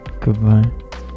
goodbye